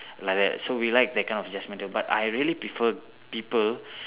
like that so we like that kind of judgement but I really prefer people